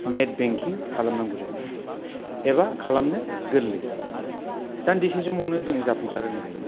net banking खालाम नांगौ जायो एबा खालामनो गोरलै दान्दिसे समावनो जोङो जाफुंसार होनो हायो